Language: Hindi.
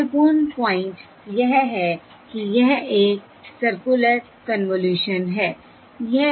इसलिए महत्वपूर्ण प्वाइंट यह है कि यह एक सर्कुलर कन्वॉल्यूशन है